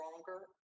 stronger